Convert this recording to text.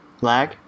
lag